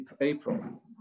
April